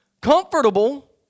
comfortable